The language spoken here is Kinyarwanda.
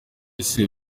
ese